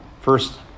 first